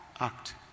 act